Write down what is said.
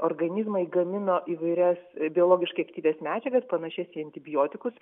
organizmai gamino įvairias biologiškai aktyvias medžiagas panašias į antibiotikus